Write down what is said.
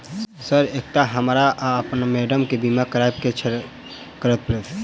Sir एकटा हमरा आ अप्पन माइडम केँ बीमा करबाक केँ छैय की करऽ परतै?